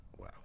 Wow